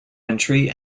entry